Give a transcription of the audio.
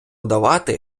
давати